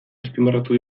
azpimarratu